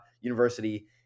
university